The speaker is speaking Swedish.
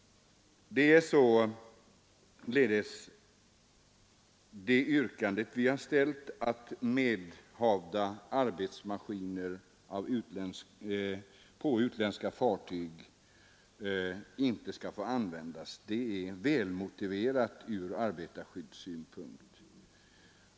Vårt yrkande att medhavda arbetsmaskiner på utländska fartyg inte skall få användas är således välmotiverat ur arbetarskyddssynpunkt.